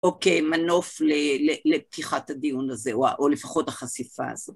אוקיי, מנוף לפתיחת הדיון הזה, או לפחות החשיפה הזאת.